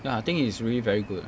ya I think is really very good